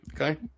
Okay